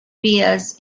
villas